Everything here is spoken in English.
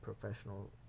professional